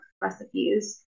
recipes